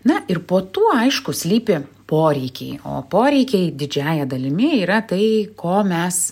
na ir po tuo aišku slypi poreikiai o poreikiai didžiąja dalimi yra tai ko mes